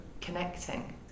connecting